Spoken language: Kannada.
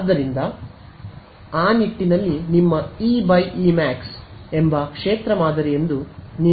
ಆದ್ದರಿಂದ ಆ ನಿಟ್ಟಿನಲ್ಲಿ ನಿಮ್ಮ ಇ ಇ ಮ್ಯಾಕ್ಸ್ ಎಂಬ ಕ್ಷೇತ್ರ ಮಾದರಿ ಎಂದು ನೀವು ವ್ಯಾಖ್ಯಾನಿಸುತ್ತೀರಿ